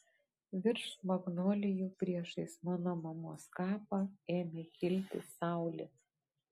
virš magnolijų priešais mano mamos kapą ėmė kilti saulė